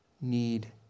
need